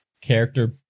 character